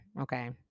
Okay